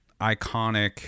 iconic